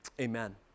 Amen